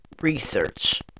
research